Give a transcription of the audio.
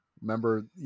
Remember